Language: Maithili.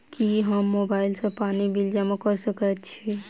की हम मोबाइल सँ पानि बिल जमा कऽ सकैत छी?